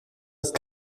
ist